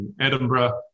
Edinburgh